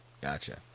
gotcha